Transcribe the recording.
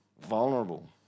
Vulnerable